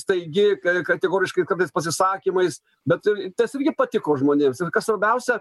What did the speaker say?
staigi kategoriškai kartais pasisakymais bet tas irgi patiko žmonėms ir kas svarbiausia